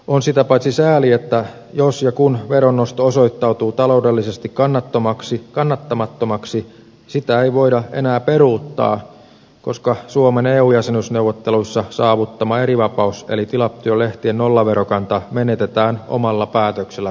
on sitä paitsi sääli että jos ja kun veron nosto osoittautuu taloudellisesti kannattamattomaksi sitä ei voida enää peruuttaa koska suomen eu jäsenyysneuvotteluissa saavuttama erivapaus eli tilattujen lehtien nollaverokanta menetetään omalla päätöksellä pysyvästi